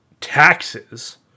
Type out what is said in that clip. taxes